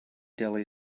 deli